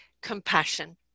compassion